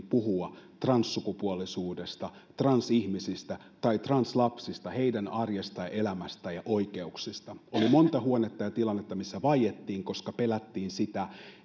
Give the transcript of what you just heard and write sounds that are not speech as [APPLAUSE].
[UNINTELLIGIBLE] puhua transsukupuolisuudesta transihmisistä tai translapsista heidän arjestaan ja elämästään ja oikeuksistaan oli monta huonetta ja tilannetta missä vaiettiin koska pelättiin sitä